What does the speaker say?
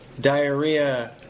diarrhea